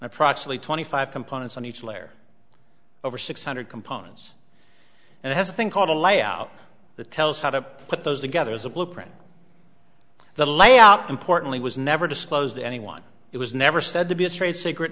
approximately twenty five components on each layer over six hundred components and it has a thing called a layout that tells how to put those together as a blueprint the layout importantly was never disclosed to anyone it was never said to be a trade secre